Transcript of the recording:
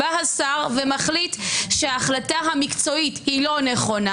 בא השר ומחליט שההחלטה המקצועית לא נכונה.